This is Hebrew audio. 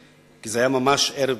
כי זה היה ממש ערב בחירות.